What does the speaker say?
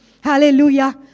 hallelujah